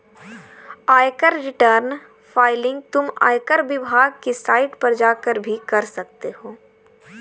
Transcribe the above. आयकर return filing तुम आयकर विभाग की साइट पर जाकर भी कर सकते हो